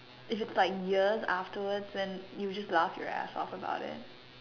if it's like years afterwards and you'll just laugh your ass off about it